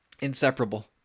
Inseparable